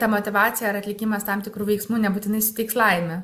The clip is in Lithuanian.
ta motyvacija ar atlikimas tam tikrų veiksmų nebūtinai suteiks laimę